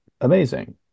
Amazing